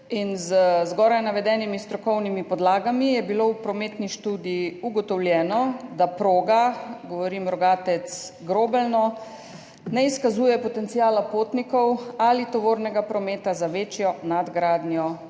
z zgoraj navedenimi strokovnimi podlagami je bilo v prometni študiji ugotovljeno, da proga Rogatec–Grobelno ne izkazuje potenciala potnikov ali tovornega prometa za večjo nadgradnjo proge.